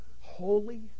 holy